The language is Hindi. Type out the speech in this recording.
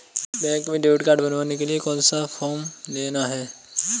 बैंक में डेबिट कार्ड बनवाने के लिए कौन सा फॉर्म लेना है?